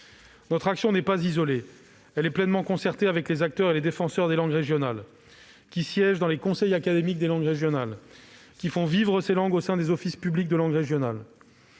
Notre action n'est pas isolée : elle est pleinement concertée avec les acteurs et les défenseurs des langues régionales, qui siègent dans les conseils académiques des langues régionales, et qui font vivre ces langues au sein des offices publics de langue régionale.